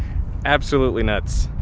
absolutely nuts.